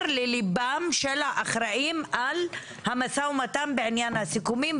ולדבר לליבם של האחראים על המשא ומתן בעניין הסיכומים,